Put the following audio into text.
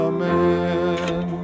Amen